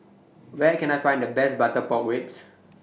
Where Can I Find The Best Butter Pork Ribs